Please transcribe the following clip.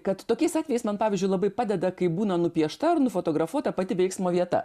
kad tokiais atvejais man pavyzdžiui labai padeda kai būna nupiešta ar nufotografuota pati veiksmo vieta